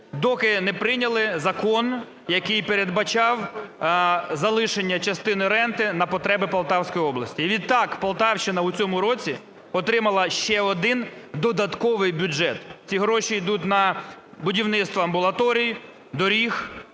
доки не прийняли закон, який передбачав залишення частини ренти на потреби Полтавської області. Відтак Полтавщина у цьому році отримала ще один додатковий бюджет. Ці гроші йдуть на будівництво амбулаторій, доріг,